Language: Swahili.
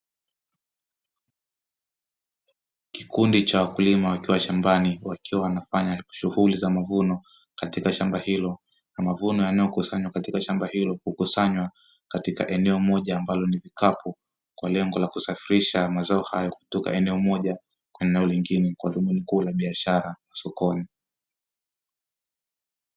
Kikundi cha wakulima wakiwa shambani, wakiwa wanafanya shughuli za mavuno katika shamba hilo na mavuno yanayokusanywa katika shamba hilo hukusanywa katika eneo moja ambalo ni vikapu kwa lengo la kusafirisha mazao hayo kutoka eneo moja kwenda eneo lingine kwa dhumuni kuu la biashara sokoni.